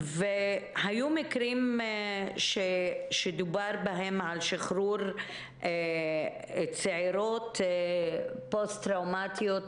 היו מקרים שדובר בהם על שחרור צעירות פוסט טראומתיות